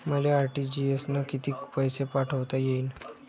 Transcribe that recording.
मले आर.टी.जी.एस न कितीक पैसे पाठवता येईन?